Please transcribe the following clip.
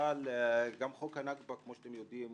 אבל גם חוק כפי שאתם יודעים,